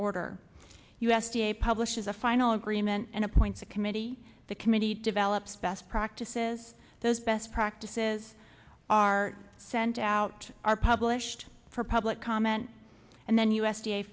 order u s d a publishes a final agreement and appoints a committee the committee develops best practices those best practices are sent out are published for public comment and then u